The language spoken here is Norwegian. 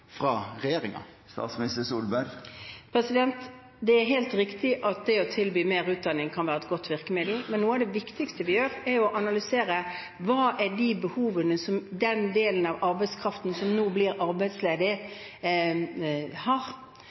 Det er helt riktig at det å tilby mer utdanning kan være et godt virkemiddel, men noe av det viktigste vi gjør, er å analysere hvilke behov den delen av arbeidskraften som nå blir arbeidsledig, har.